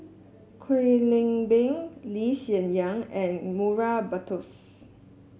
Kwek Leng Beng Lee Hsien Yang and Murray Buttrose